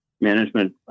management